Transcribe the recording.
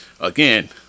again